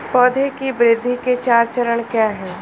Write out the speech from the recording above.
पौधे की वृद्धि के चार चरण क्या हैं?